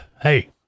hey